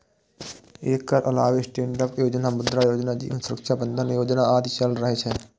एकर अलावे स्टैंडअप योजना, मुद्रा योजना, जीवन सुरक्षा बंधन योजना आदि चलि रहल छै